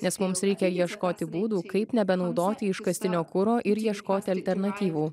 nes mums reikia ieškoti būdų kaip nebenaudoti iškastinio kuro ir ieškoti alternatyvų